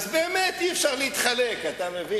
אמרתי לה: לא יכול להיות,